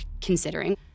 considering